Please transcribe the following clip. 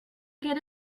get